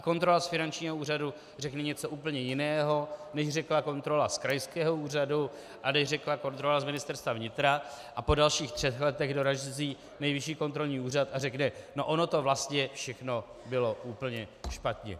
Kontrola z finančního úřadu řekne něco úplně jiného, než řekla z krajského úřadu a než řekla kontrola z Ministerstva vnitra, a po dalších třech letech dorazí Nejvyšší kontrolní úřad a řekne no ono to vlastně všechno bylo úplně špatně.